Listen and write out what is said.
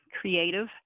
Creative